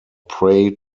prey